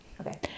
Okay